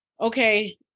okay